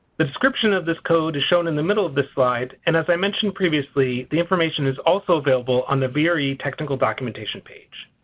the description of this code is shown in the middle of the slide. and as i mentioned previously the information is also available on the vre technical documentation page.